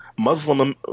Muslim